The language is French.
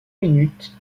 minutes